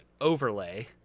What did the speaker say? overlay